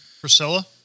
Priscilla